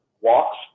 walks